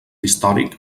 històric